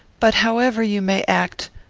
but, however you may act,